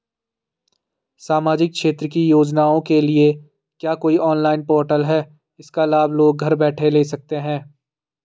सामाजिक क्षेत्र की योजनाओं के लिए क्या कोई ऑनलाइन पोर्टल है इसका लाभ लोग घर बैठे ले सकते हैं?